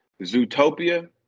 Zootopia